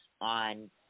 on